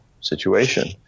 situation